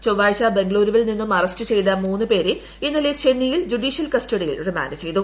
ചൊവ്വാഴ്ച ബംഗളുരുവിൽ നിന്നും അറസ്റ്റ് ചെയ്ത് മൂന്ന് പേരെ ഇന്നലെ ചെന്നൈയിൽ ജുഡീഷ്യൽ കസ്റ്റഡിയിൽ റിമാന്റ് ചെയ്തു